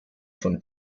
von